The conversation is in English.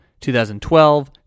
2012